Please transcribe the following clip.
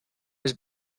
was